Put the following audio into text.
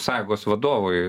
sąjugos vadovui